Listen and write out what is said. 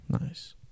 Nice